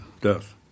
death